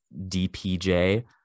DPJ